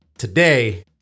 Today